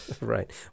Right